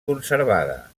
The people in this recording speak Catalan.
conservada